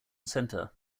centre